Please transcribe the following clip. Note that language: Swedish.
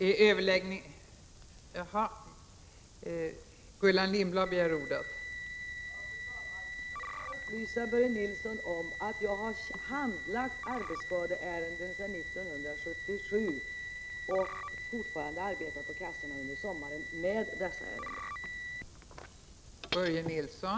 Fru talman! Jag vill bara upplysa Börje Nilsson om att jag har handlagt arbetsskadeärenden sedan 1977 och fortfarande arbetar på kassorna under sommaren med dessa ärenden.